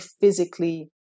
physically